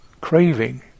craving